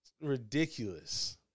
Ridiculous